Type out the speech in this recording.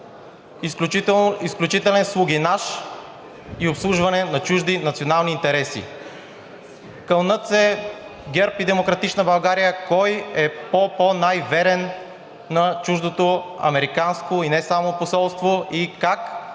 изключителен слугинаж и обслужване на чужди национални интереси. Кълнат се ГЕРБ и „Демократична България“ кой е по-, по-, най-верен на чуждото Американско, и не само, посолство и как